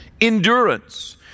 Endurance